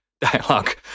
dialogue